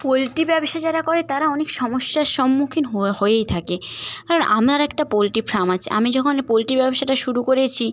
poultry ব্যবসা যারা করে তারা অনেক সমস্যার সম্মুখীন হয় হয়েই থাকে আর আমার একটা পোলট্রি ফার্ম আছে আমি যখন পোলট্রি ব্যবসাটা শুরু করেছি